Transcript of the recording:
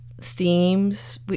themes